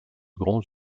grands